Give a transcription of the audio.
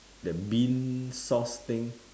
that bean sauce thing